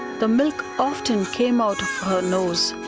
the milk often came out her nose.